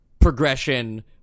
Progression